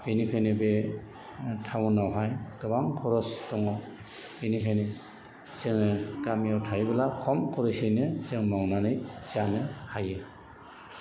बिनिखायनो बे टाउनावहाय गोबां खरस दङ बिनिखायनो जोङो गामियाव थायोब्ला खम खरसैनो जों मावनानै जानो हायो